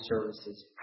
services